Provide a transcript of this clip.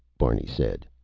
barney said.